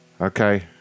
Okay